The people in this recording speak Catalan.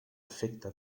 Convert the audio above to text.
efecte